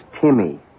Timmy